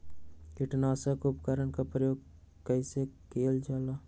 किटनाशक उपकरन का प्रयोग कइसे कियल जाल?